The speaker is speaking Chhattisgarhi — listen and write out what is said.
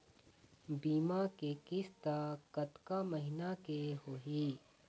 बीमा के किस्त कतका महीना के होही?